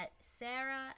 Sarah